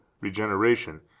regeneration